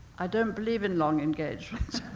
i don't believe in long engagements.